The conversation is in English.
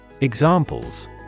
Examples